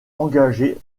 engagée